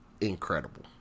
incredible